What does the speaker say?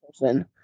person